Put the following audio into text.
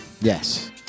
yes